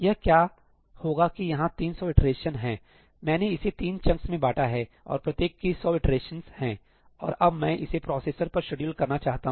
यह क्या होगा कि यहां 300 इटरेशंस है मैंने इसे तीन चंक्स में बांटा है और प्रत्येक की 100 ईटरेशंस है और अब मैं इसे प्रोसेसर पर शेड्यूल करना चाहता हूं